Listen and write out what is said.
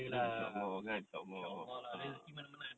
inshaallah kan